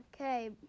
Okay